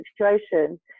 situation